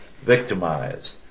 victimized